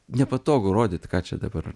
nepatogu rodyt ką čia dabar